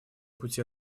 пути